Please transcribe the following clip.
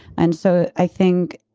and so i think